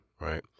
right